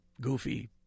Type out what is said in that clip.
goofy